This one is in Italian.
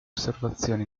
osservazioni